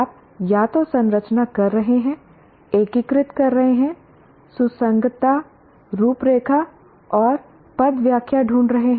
आप या तो संरचना कर रहे हैं एकीकृत कर रहे हैं सुसंगतता रूपरेखा और पदव्याख्या ढूंढ रहे हैं